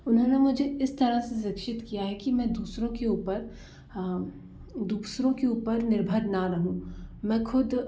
उन्होंने मुझे इस तरह से शिक्षित किया है कि मैं दूसरों के ऊपर दूसरों के ऊपर निर्भर ना रहूँ मैं खुद